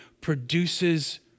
produces